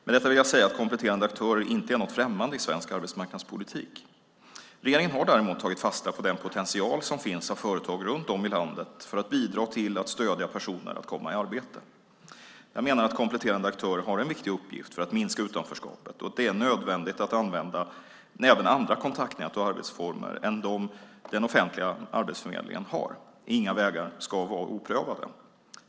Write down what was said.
Med detta vill jag säga att kompletterande aktörer inte är något främmande i svensk arbetsmarknadspolitik. Regeringen har däremot tagit fasta på den potential som finns av företag runt om i landet för att bidra till att stödja personer att komma i arbete. Jag menar att kompletterande aktörer har en viktig uppgift för att minska utanförskapet och att det är nödvändigt att använda även andra kontaktnät och arbetsformer än de den offentliga arbetsförmedlingen har. Inga vägar ska vara oprövade.